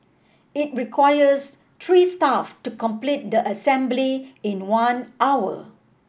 it requires three staff to complete the assembly in one hour